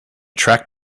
track